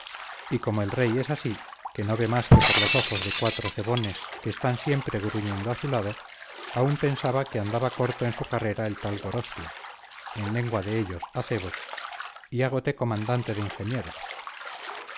y como el rey es así que no ve más que por los ojos de cuatro cebones que están siempre gruñendo a su lado aún pensaba que andaba corto en su carrera el tal gorostia en lengua de ellos acebo y hágote comandante de ingenieros